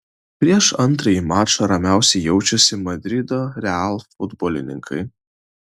prieš antrąjį mačą ramiausiai jaučiasi madrido real futbolininkai